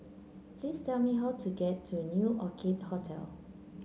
please tell me how to get to New Orchid Hotel